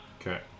Okay